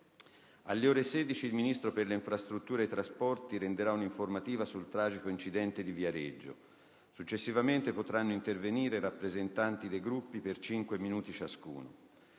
Alle ore 16 il Ministro delle infrastrutture e dei trasporti renderà una informativa sul tragico incidente di Viareggio. Successivamente potranno intervenire i rappresentanti dei Gruppi per cinque minuti ciascuno.